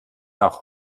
nach